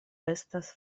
estas